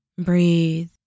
Breathe